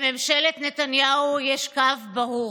לממשלת נתניהו יש קו ברור: